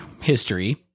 history